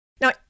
now